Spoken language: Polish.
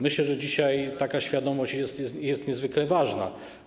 Myślę, że dzisiaj taka świadomość jest niezwykle ważna.